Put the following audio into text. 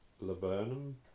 laburnum